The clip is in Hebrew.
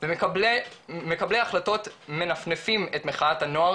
ומקבלי ההחלטות מנפנפים את מחאת הנוער